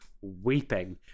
weeping